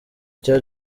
cya